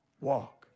walk